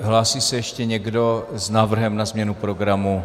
Hlásí se ještě někdo s návrhem na změnu programu?